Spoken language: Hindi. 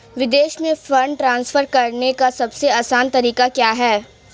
विदेश में फंड ट्रांसफर करने का सबसे आसान तरीका क्या है?